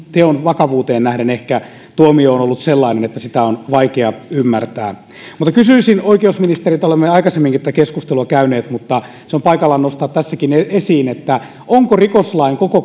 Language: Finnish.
teon vakavuuteen nähden tuomio on ehkä ollut sellainen että sitä on vaikea ymmärtää mutta kysyisin oikeusministeriltä olemme jo aikaisemminkin tätä keskustelua käyneet mutta se on paikallaan nostaa tässäkin esiin onko rikoslain koko